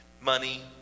money